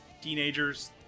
teenagers